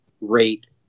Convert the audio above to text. rate